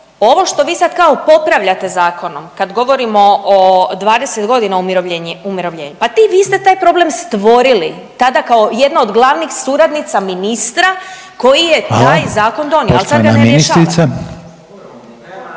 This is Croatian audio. ovo što vi sad kao popravljate zakonom kad govorimo o 20 godina umirovljenja. Pa vi ste taj problem stvorili tada kao jedna od glavnih suradnica ministra koji je taj zakon donio. …/Upadica Reiner: